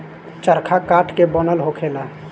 चरखा काठ के बनल होखेला